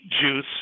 juice